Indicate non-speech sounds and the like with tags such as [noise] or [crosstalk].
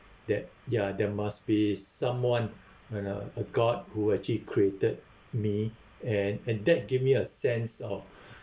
that ya there must be someone [breath] you know a god who actually created me and and that gave me a sense of [breath]